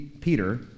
Peter